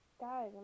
Guys